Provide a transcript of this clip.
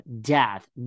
death